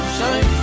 Shine